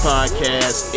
Podcast